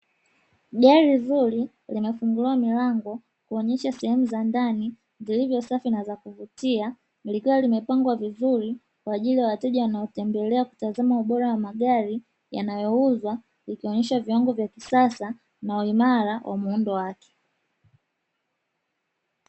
Gari zuri limefunguliwa mlango, zikionyesha sehemu za ndani zilizo safi na za kuvutia likiwa limepangwa, vizuri kwa ajili ya wateja wanaotembelea kutazama ubora wa magari yanayouzwa ikionesha viwango vya kisasa na uimara wa mlango wake.